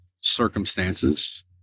circumstances